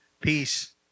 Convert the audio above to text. peace